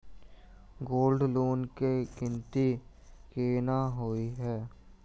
Gold loan केँ गिनती केना होइ हय?